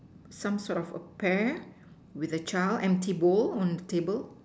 some sort of a pear with a child empty bowl on the table